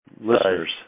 listeners